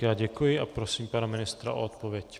Já děkuji a prosím pana ministra o odpověď.